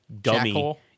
dummy